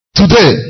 Today